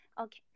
Okay